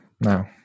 no